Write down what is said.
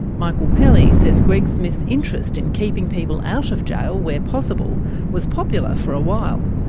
michael pelly says greg smith's interest in keeping people out of jail where possible was popular for a while,